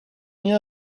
lien